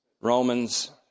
Romans